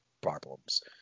problems